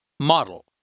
model